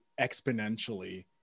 exponentially